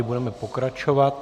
Budeme pokračovat.